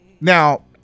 now